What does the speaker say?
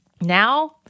Now